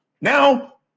Now